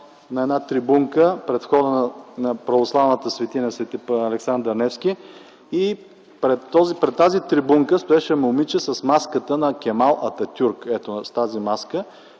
на една трибунка пред входа на православната светиня „Св. Александър Невски” и пред тази трибунка стоеше момиче с маската на Кемал Ататюрк (показва